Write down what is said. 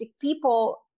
people